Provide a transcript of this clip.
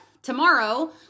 Tomorrow